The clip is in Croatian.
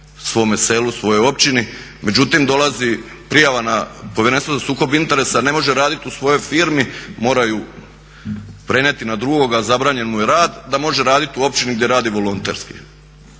svome selu, svojoj općini. Međutim, dolazi prijava na Povjerenstvo za sukob interesa ne može raditi u svojoj firmi, mora ju prenijeti na drugoga, zabranjen mu je rad da može raditi u općini gdje radi volonterski.